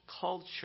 culture